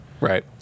Right